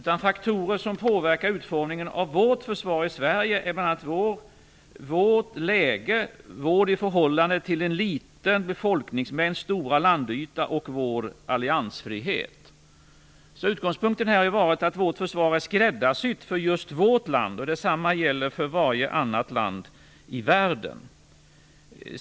Faktorer som påverkar utformningen av vårt svenska försvar är bl.a. vårt läge, vår i förhållande till folkmängden stora landyta och vår alliansfrihet. Utgångspunkten har varit att vårt försvar är skräddarsytt för just vårt land. Detsamma gäller för varje annat land i världen.